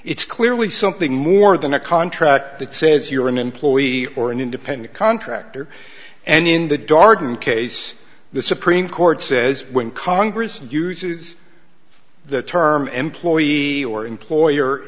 it's clearly something more than a contract that says you're an employee or an independent contractor and in the darden case the supreme court says when congress and uses the term employee or employer